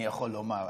אני יכול לומר,